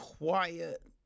Quiet